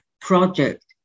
project